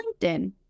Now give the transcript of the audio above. LinkedIn